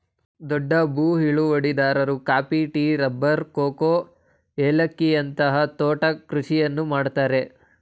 ದೊಡ್ಡ ಭೂ ಹಿಡುವಳಿದಾರರು ಕಾಫಿ, ಟೀ, ರಬ್ಬರ್, ಕೋಕೋ, ಏಲಕ್ಕಿಯಂತ ತೋಟದ ಕೃಷಿಯನ್ನು ಮಾಡ್ತರೆ